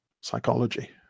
psychology